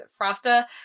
Frosta